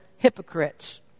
Hypocrites